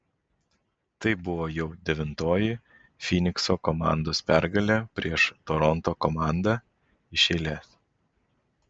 tai buvo jau devintoji fynikso komandos pergalė prieš toronto komandą iš eilės